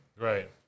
Right